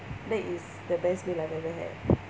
that is the best meal I've ever had